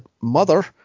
mother